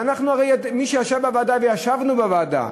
ומי שישב בוועדה, וישבנו בוועדה,